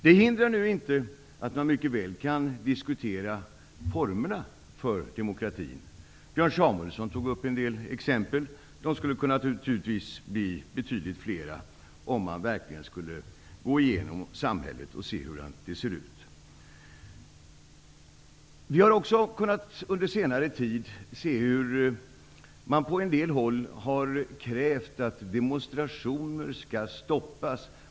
Detta hindrar inte att man mycket väl kan diskutera formerna för demokratin. Björn Samuelson tog upp en del exempel. De skulle naturligtvis kunna bli betydligt fler om man skulle gå igenom samhället och se hur det ser ut. Under senare tid har vi också kunnat se hur man på en del håll har krävt att demonstrationer skall stoppas.